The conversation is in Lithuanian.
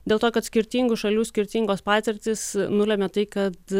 dėl to kad skirtingų šalių skirtingos patirtys nulemia tai kad